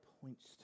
points